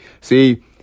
see